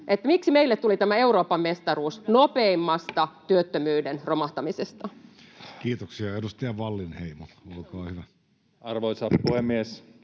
Miksi meille tuli tämä Euroopan mestaruus nopeimmasta työllisyyden romahtamisesta? Kiitoksia. — Edustaja Wallinheimo, olkaa hyvä. Arvoisa puhemies!